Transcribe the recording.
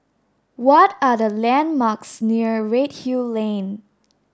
what are the landmarks near Redhill Lane